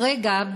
כרגע,